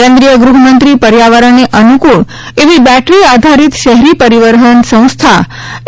કેન્દ્રીય ગૃહમંત્રી પર્યાવરણને અનુકૂળ એવી બેટરી આધારીત શહેરી પરિવહન સંસ્થા એ